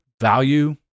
value